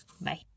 Bye